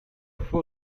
full